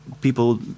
people